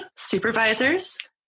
Supervisors